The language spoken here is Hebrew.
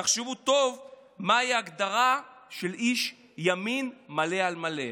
תחשבו טוב מהי ההגדרה של איש ימין מלא על מלא.